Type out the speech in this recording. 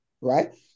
right